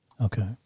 Okay